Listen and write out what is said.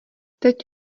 teď